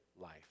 life